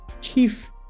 chief